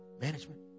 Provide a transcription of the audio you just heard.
management